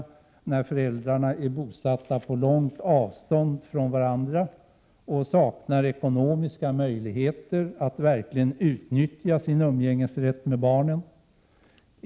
Den gäller de fall där föräldrarna är bosatta på stort avstånd från varandra och saknar ekonomiska möjligheter att verkligen utnyttja rätten till umgänge med barnen.